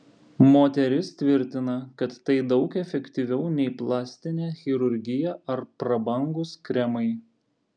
moteris tvirtina kad tai daug efektyviau nei plastinė chirurgija ar prabangūs kremai